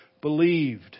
believed